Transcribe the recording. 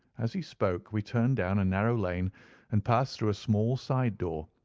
as he spoke, we turned down a narrow lane and passed through a small side-door,